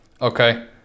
Okay